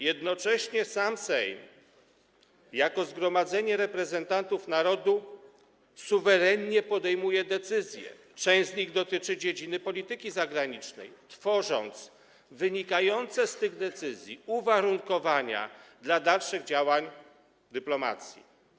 Jednocześnie sam Sejm jako zgromadzenie reprezentantów narodu suwerennie podejmuje decyzje, część z nich dotyczy dziedziny polityki zagranicznej, tworząc wynikające z tych decyzji uwarunkowania dla dalszych działań dyplomacji.